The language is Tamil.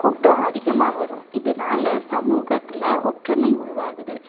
கூட்டம் அதிகமாக வரும் இதனால சமூகத்தில் ஒற்றுமை உருவாகுது